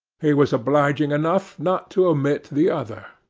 he was obliging enough, not to omit the other.